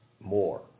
more